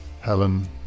Helen